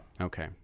Okay